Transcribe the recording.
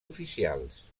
oficials